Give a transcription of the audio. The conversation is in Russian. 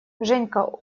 женька